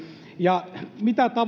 ja mitä